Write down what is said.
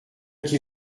qu’il